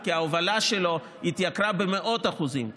כי ההובלה שלו התייקרה במאות אחוזים.